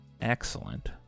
excellent